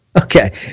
Okay